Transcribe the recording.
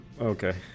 Okay